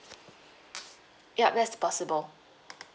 ya that is possible